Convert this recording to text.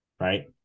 right